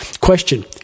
Question